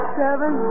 seven